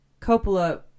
Coppola